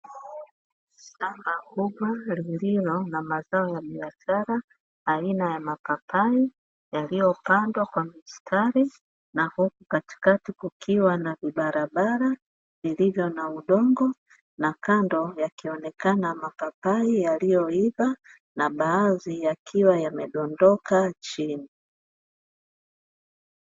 Shamba kubwa lolilo na mazao ya biashara aina ya mapapai, yaliyopandwa kwa mstari na huku katikati kukiwa na vibarabara vilivyo na udongo, na kando yakionekana mapapai yaliyoiva na baadhi yakiwa yamedondoka chini.